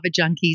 junkies